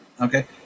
okay